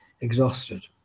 exhausted